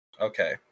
Okay